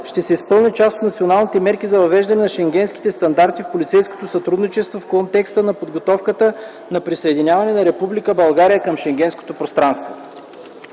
ще се изпълнят част от националните мерки за въвеждане на шенгенските стандарти в полицейското сътрудничество в контекста на подготовката за присъединяване на Република България към Шенгенското пространство.